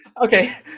Okay